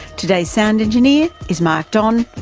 today's sound engineer is mark don.